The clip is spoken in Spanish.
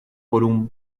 por